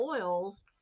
oils